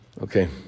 Okay